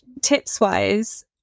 Tips-wise